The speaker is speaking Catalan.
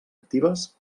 actives